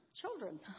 children